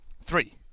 Three